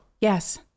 Yes